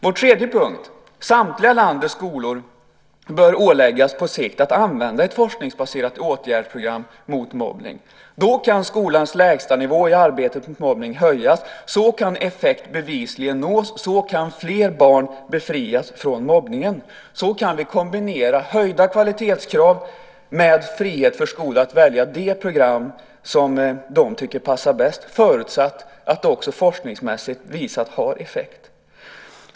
Vi anser också att landets samtliga skolor på sikt bör åläggas att använda ett forskningsbaserat åtgärdsprogram mot mobbning. Då kan skolans lägstanivå i arbetet mot mobbning höjas, så kan effekt bevisligen nås, så kan fler barn befrias från mobbningen, så kan vi kombinera höjda kvalitetskrav med frihet för skolan att välja det program som man tycker passar bäst förutsatt att det också forskningsmässigt visat sig ha effekt.